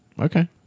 Okay